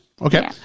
Okay